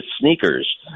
sneakers